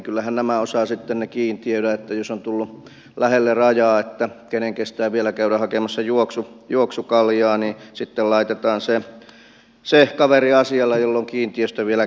kyllähän nämä osaavat sitten kiintiöidä jos ovat tulleet lähelle rajaa että kenen kestää vielä käydä hakemassa juoksukaljaa ja sitten laitetaan se kaveri asialle jolla on kiintiöstä vielä käyttämättä